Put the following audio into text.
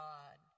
God